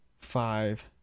five